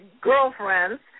girlfriends